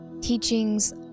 teachings